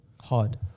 hard